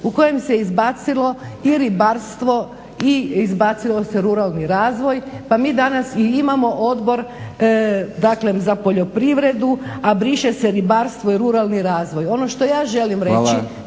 u kojem se izbacilo i ribarstvo i izbacio se ruralni razvoj pa mi danas imamo Odbor za poljoprivredu, a briše se ribarstvo i ruralni razvoj. Ono što ja želim reći